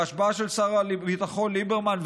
בהשבעה של שר הביטחון ליברמן,